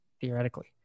theoretically